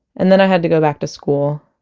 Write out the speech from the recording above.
and then i had to go back to school,